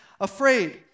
afraid